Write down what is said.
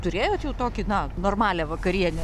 turėjot jau tokį na normalią vakarienę